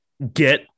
get